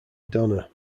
donner